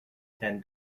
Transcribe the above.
ten